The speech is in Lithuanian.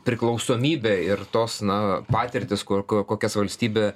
priklausomybė ir tos na patirtys kur ko kokias valstybė